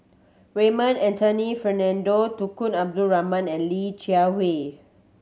Raymond Anthony Fernando Tunku Abdul Rahman and Li Jiawei